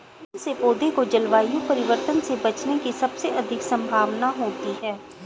कौन से पौधे को जलवायु परिवर्तन से बचने की सबसे अधिक संभावना होती है?